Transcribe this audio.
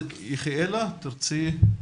יחיאלה, תרצי להתייחס?